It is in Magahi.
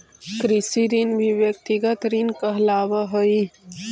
कृषि ऋण भी व्यक्तिगत ऋण कहलावऽ हई